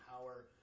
power